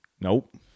Nope